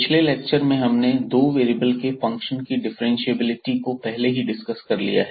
पिछले लेक्चर में हमने दो वेरिएबल के फंक्शन की डिफ्रेंशिएबिलिटी को पहले ही डिस्कस कर लिया है